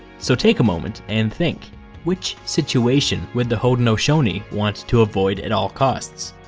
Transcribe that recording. so take a moment and think which situation would the haudenosaunee want to avoid at all costs?